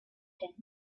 tenth